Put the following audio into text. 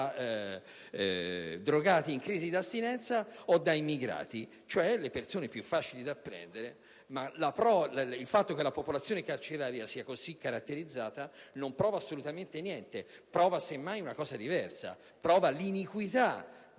drogati in crisi di astinenza o da immigrati, cioè le persone più facili da prendere. Ma che la popolazione carceraria sia così caratterizzata non prova assolutamente niente; prova semmai una cosa diversa, ossia l'iniquità